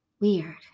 weird